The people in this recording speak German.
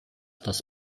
das